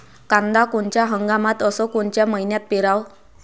कांद्या कोनच्या हंगामात अस कोनच्या मईन्यात पेरावं?